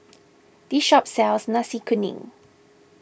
this shop sells Nasi Kuning